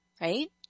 right